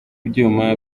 byuma